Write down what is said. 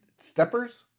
Steppers